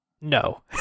no